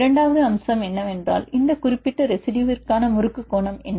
இரண்டாவது அம்சம் என்னவென்றால் இந்த குறிப்பிட்ட ரெசிடுயுவிற்கான முறுக்கு கோணம் என்ன